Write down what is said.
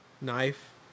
knife